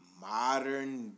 modern